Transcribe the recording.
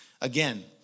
Again